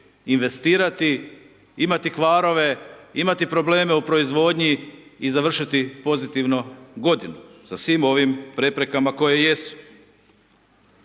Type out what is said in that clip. investirati, imati kvarove, imati probleme u proizvodnji i završiti pozitivno godinu sa svim ovim preprekama koje jesu.